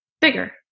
bigger